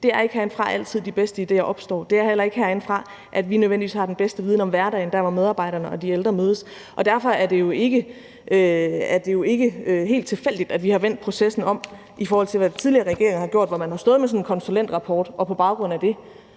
det er ikke altid herindefra, de bedste idéer opstår. Det er heller ikke herinde, vi nødvendigvis har den bedste viden om hverdagen, altså dér, hvor medarbejderne og de ældre mødes. Derfor er det jo ikke helt tilfældigt, at vi har vendt processen om, i forhold til hvad tidligere regeringer har gjort, hvor man har stået med sådan en konsulentrapport og på baggrund af den